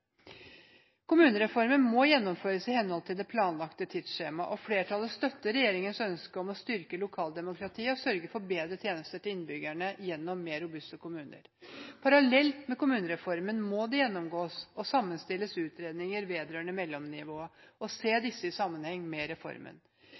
Kommunereformen må gjennomføres i henhold til det planlagte tidsskjemaet, og flertallet støtter regjeringens ønske om å styrke lokaldemokratiet og sørge for bedre tjenester til innbyggerne gjennom mer robuste kommuner. Parallelt med kommunereformen må utredninger vedrørende mellomnivået gjennomgås og sammenstilles,